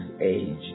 age